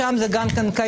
שם זה גם קיים,